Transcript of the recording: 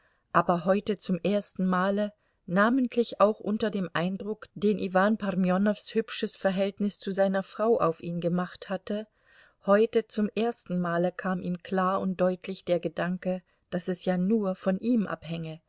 aber heute zum ersten male namentlich auch unter dem eindruck den iwan parmenows hübsches verhältnis zu seiner frau auf ihn gemacht hatte heute zum ersten male kam ihm klar und deutlich der gedanke daß es ja nur von ihm abhänge